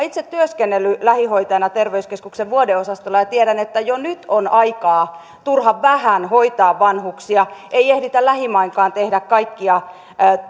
itse työskennellyt lähihoitajana terveyskeskuksen vuodeosastolla ja tiedän että jo nyt on turhan vähän aikaa hoitaa vanhuksia ei ehditä lähimainkaan tehdä kaikkia